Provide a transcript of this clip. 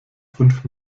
fünf